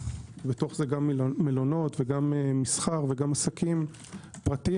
ובתוך זה גם מלונות וגם מסחר וגם עסקים פרטיים,